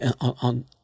on